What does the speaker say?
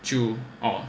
就 oh